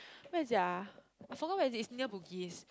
where is it ah I forgot where is it is near Bugis